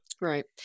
Right